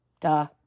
Duh